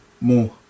more